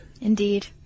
Indeed